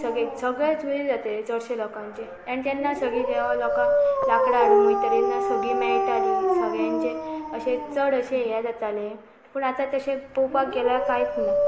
सगळे सगळेंचुयर जातले चडशे लोकांचे आनी तेन्ना सगळीं जवा लोकां लाकडां हाडू वयतरीेन्ना सगळीं मेळटालीं सगळ्यांचे अशे चड अशें हें जाताले पूण आतां तशें पोवपाक गेल्यार कांयच ना